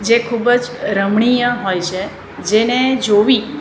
જે ખૂબ જ રમણીય હોય છે જેને જોવી